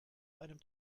einem